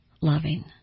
loving